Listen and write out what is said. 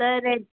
त रेट